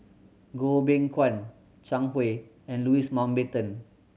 Goh Beng Kwan Zhang Hui and Louis Mountbatten